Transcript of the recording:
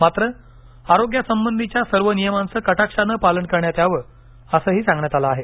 मात्र आरोग्यासंबंधीच्या सर्व नियमांचं कटाक्षानं पालन करण्यात यावं असंही सांगण्यात आलं आहे